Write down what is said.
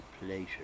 pleasure